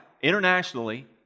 internationally